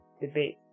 debate